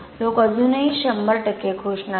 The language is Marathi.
लोक अजूनही 100 टक्के खुश नाहीत